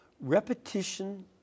Repetition